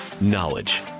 knowledge